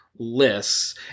lists